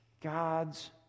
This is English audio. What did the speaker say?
God's